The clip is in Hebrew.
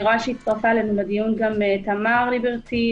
אני רואה שהצטרפה אלינו לדיון גם תמר ליברטי,